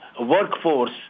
workforce